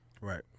right